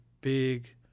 big